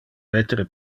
vetere